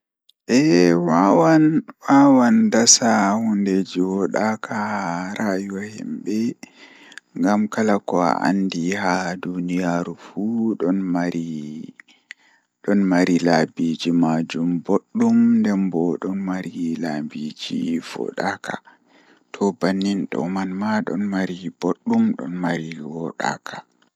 Eh wawan dasa hundeeji woodaaka haa rayuwa himbe ngam kala ko a andi haa duniyaaru fuu dum don mari laabiji maajum boddum nden don mari laabiiji woodaaka toh bannin do manma don mari boddum don mari woodaaka.